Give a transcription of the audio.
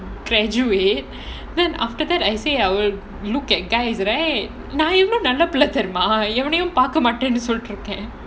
graduate then after that I say I will look at guys right நான் எவ்ளோ நல்ல பிள்ளை தெரியுமா எவனையும் பார்க்கமாட்டேனு சொல்லிட்டருக்கேன்:naan evlo nalla pillai theriyumaa evanaiyum paarkkamaattaenu sollitrukkaen